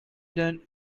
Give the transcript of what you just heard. done